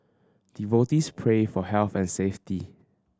devotees pray for health and safety